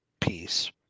peace